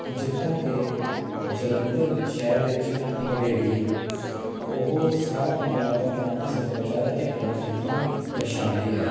ਜਿੱਦਾਂ ਕਿ ਜਲੰਧਰ ਸ਼ਹਿਰ ਵਿੱਚ ਹਵੇਲੀ ਉਹ ਸਾਰਾ ਪੰਜਾਬ ਦਾ ਪੁਰਾਣਾ ਸੱਭਿਆਚਾਰ ਅਤੇ ਕਲਾਕ੍ਰਿਤੀਆਂ ਦਰਸ਼ਾਉਂਦੀ ਹੈ